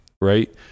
right